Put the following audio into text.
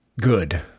good